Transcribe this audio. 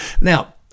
Now